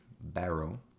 Barrow